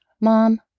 mom